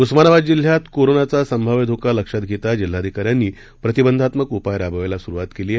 उस्मानाबाद जिल्ह्यात कोरोनाचा संभाव्य धोका लक्षात घेता जिल्हाधिकाऱ्यांनी प्रतिबंधात्मक उपाय राबवायला सुरुवात केली आहे